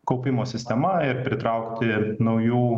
kaupimo sistema ir pritraukti naujų